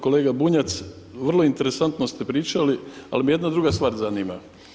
Kolega Bunjac, vrlo interesantno ste pričali, ali me jedna druga stvar zanima.